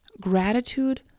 Gratitude